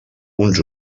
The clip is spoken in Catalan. uns